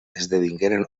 esdevingueren